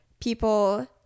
people